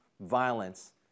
violence